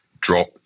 drop